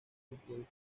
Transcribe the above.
educación